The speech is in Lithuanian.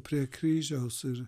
prie kryžiaus ir